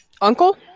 Uncle